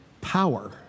power